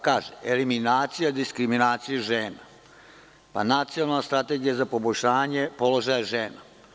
Kaže – eliminacija, diskriminacija žena, pa Nacionalna strategija za poboljšanje položaja žena.